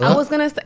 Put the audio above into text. was gonna say